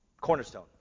cornerstone